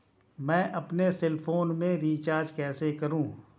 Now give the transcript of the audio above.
मैं अपने cell phone में रिचार्ज कैसे करूँ?